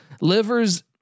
livers